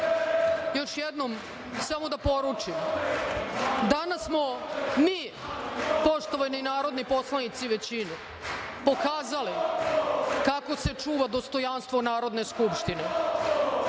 još jednom, samo da poručim, danas smo mi, poštovani narodni poslanici većine, pokazali kako se čuva dostojanstvo Narodne skupštine.